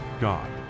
God